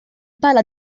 pala